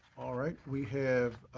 all right. we have